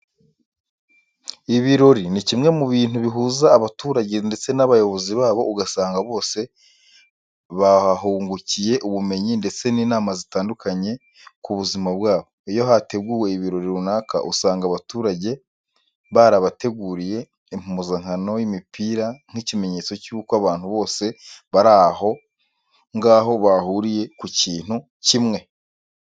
Ibirori ni kimwe mu bintu bihuza abaturage ndetse n'abayobozi babo ugasanga bose bahungukiye ubumenyi ndetse n'inama zitandukanye ku buzima bwabo. Iyo hateguwe ibirori runaka usanga abaturage barabateguriye impuzankano y'imipira nk'ikimenyetso cy'uko abantu bose bari aho ngaho bahuriye ku kintu kimwe.